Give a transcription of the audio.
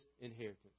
inheritance